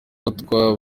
abatwa